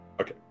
Okay